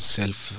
self